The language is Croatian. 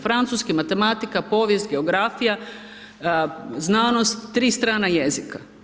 Francuski, matematika, povijest, geografija, znanost, tri strana jezika.